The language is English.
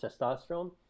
testosterone